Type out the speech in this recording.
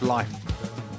Life